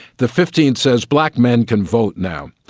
the fifteenth says black men can vote now.